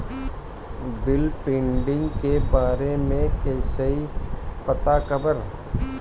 Bill pending के बारे में कईसे पता करब?